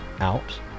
out